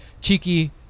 Cheeky